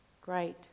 great